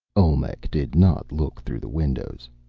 olmec did not look through the windows.